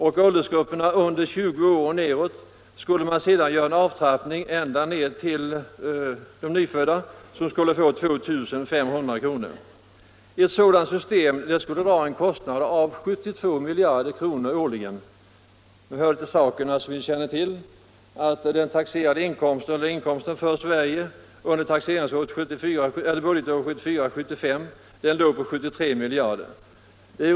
och om medborgare under 20 år ända ned till de nyfödda skulle få avtrappade bidrag ned till 2 500 kr. skulle kostnaderna belöpa sig till 72 miljarder kronor årligen. Till saken hör att inkomsterna under budgetåret 1974/75 låg på 73 miljarder kronor.